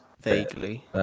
Vaguely